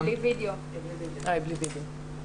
בן זוג ועומדת בראש ארגון נרצחים ונרצחות.